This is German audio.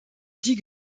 die